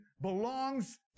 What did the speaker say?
belongs